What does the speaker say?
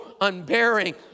unbearing